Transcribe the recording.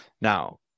Now